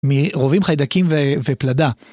מרובים חיידקים ופלדה.